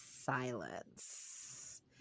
silence